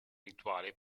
rituali